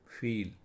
Feel